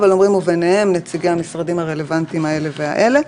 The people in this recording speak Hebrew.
אבל אומרים: וביניהם נציגי המשרדים הרלוונטיים האלה והאלה,